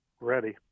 Ready